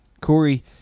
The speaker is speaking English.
Corey